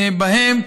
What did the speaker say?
בהם.